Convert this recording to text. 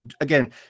again